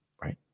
right